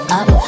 up